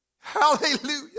Hallelujah